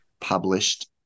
published